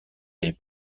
les